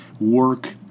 work